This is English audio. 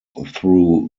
through